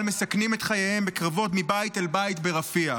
מסכנים את חייהם בקרבות מבית אל בית ברפיח.